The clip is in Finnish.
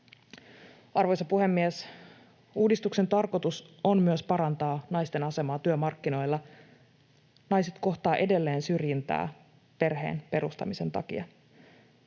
Arvoisa puhemies! Uudistuksen tarkoitus on myös parantaa naisten asemaa työmarkkinoilla. Naiset kohtaavat edelleen syrjintää perheen perustamisen takia.